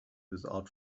without